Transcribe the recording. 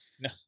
No